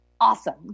awesome